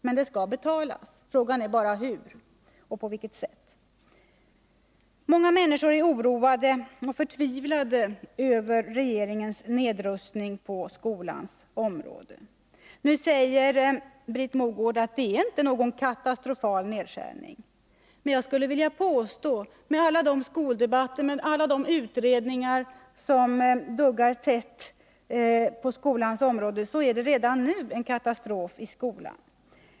Men de skall betalas. Frågan är bara hur. Många människor är oroade och förtvivlade över regeringens nedrustning på skolans område. Nu säger Britt Mogård att det inte är någon katastrofal nedskärning. Men jag skulle vilja påstå, med hänvisning till alla de skoldebatter som förs och alla de utredningar som duggar tätt på skolans område, att det redan nu är katastrof i skolan.